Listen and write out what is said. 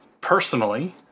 personally